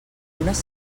llunes